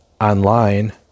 online